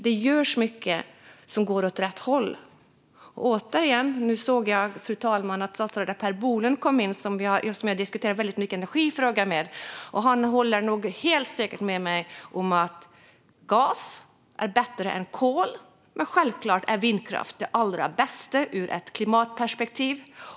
Det görs mycket som går åt rätt håll. Statsrådet Per Bolund kom just in i kammaren, och honom har jag diskuterat energi med många gånger. Han skulle helt säkert hålla med mig om att gas är bättre än kol men att vindkraft givetvis är bäst ur ett klimatperspektiv.